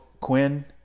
Quinn